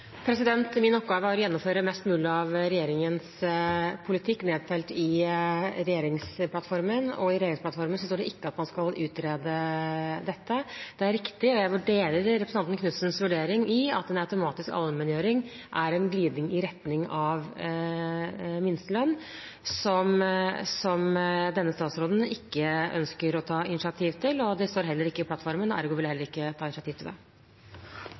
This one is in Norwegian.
gjennomføre mest mulig av regjeringens politikk nedfelt i regjeringsplattformen, og i regjeringsplattformen står det ikke at man skal utrede dette. Det er riktig – og jeg deler representanten Knutsens vurdering – at automatisk allmenngjøring er en glidning i retning av minstelønn, som denne statsråden ikke ønsker å ta initiativ til. Det står heller ikke i plattformen – ergo vil vi heller ikke ta